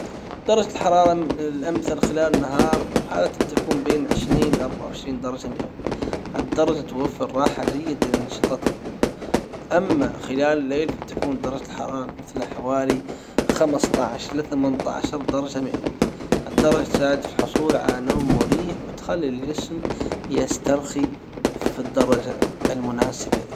درجة الحرارة الامثل خلال النهار عادة تكون بين عشرين لاربعة وعشرين درجة مئوية هالدرجة توفر راحة جيدة للنشاطات اليومية أما خلال الليل فتكون درجة الحرارة المثلى حوالي خمسة عشر لثمانية عشر درجة مئوية هالدرجة تساعد في الحصول على نوم مريح وتخلي الجسم يسترخي في الدرجة المناسبة له.